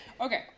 Okay